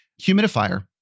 humidifier